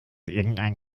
irgendein